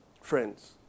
Friends